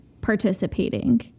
participating